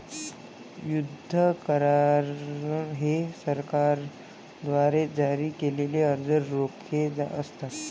युद्ध करार हे सरकारद्वारे जारी केलेले कर्ज रोखे असतात